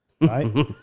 right